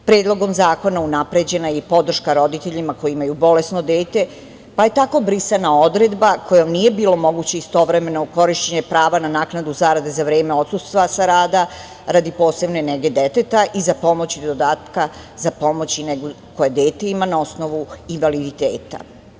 Predlogom zakona unapređena je i podrška roditeljima koji imaju bolesno dete, pa je tako brisana odredba kojom nije bilo moguće istovremeno korišćenje prava na naknadu zarade za vreme odsustva sa rada radi posebne nege deteta i pomoćnog dodatka za pomoć i negu koju dete ima na osnovu invaliditeta.